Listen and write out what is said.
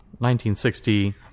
1960